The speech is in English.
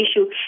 issue